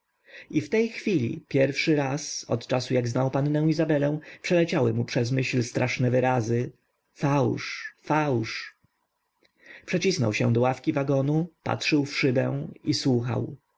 i w tej chwili pierwszy raz od czasu jak znał pannę izabelę przeleciały mu przez myśl straszne wyrazy fałsz fałsz przycisnął się do ławki wagonu patrzył w szybę i słuchał